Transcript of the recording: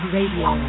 Radio